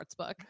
Sportsbook